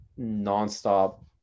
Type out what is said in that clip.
nonstop